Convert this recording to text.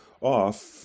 off